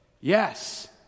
yes